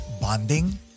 bonding